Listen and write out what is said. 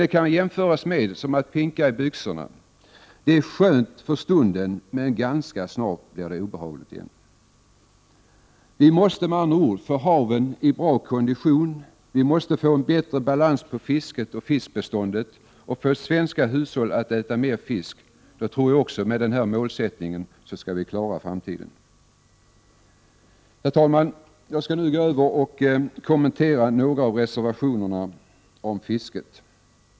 Det kan jämföras med att pinka i byxorna — det är skönt för stunden men blir ganska snart obehagligt. Vi måste med andra ord få haven i bra kondition. Vi måste få en bättre balans med fisket och fiskbeståndet och få svenska hushåll att äta mer fisk. Med den målsättningen tror jag att vi skall klara framtiden. Herr talman! Jag skall nu gå över till att kommentera några av reservationerna om fisket.